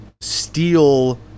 steal